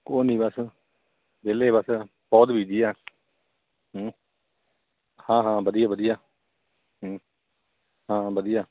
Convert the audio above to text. ਕੁਛ ਨਹੀਂ ਬਸ ਵਿਹਲੇ ਬਸ ਬਹੁਤ ਬੀਜੀ ਆ ਹੂੰ ਹਾਂ ਹਾਂ ਵਧੀਆ ਵਧੀਆ ਹੂੰ ਹਾਂ ਵਧੀਆ